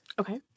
Okay